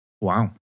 wow